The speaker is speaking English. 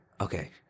okay